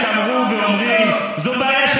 במקום להעביר את אותו חוק,